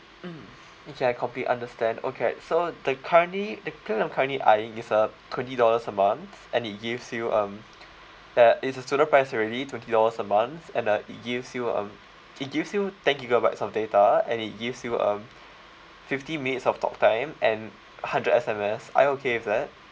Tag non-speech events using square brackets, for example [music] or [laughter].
mm okay I completely understand okay right so the currently the plan I'm currently eyeing is uh twenty dollars a month and it gives you um [noise] uh it's a student price already twenty dollars a month and uh it gives you um it gives you ten gigabytes of data and it gives you um fifty minutes of talk time and hundred S_M_S are you okay with that